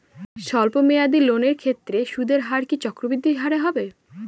স্বল্প মেয়াদী লোনগুলির ক্ষেত্রে সুদের হার কি চক্রবৃদ্ধি হারে হবে?